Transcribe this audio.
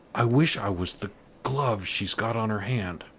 i wish i was the glove she's got on her hand!